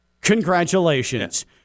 Congratulations